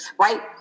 right